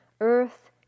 earth